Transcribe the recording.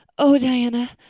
oh, diana,